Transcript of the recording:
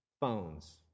phones